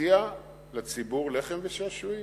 הציע לציבור לחם ושעשועים: